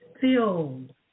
filled